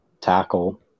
tackle